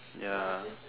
ya